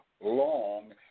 long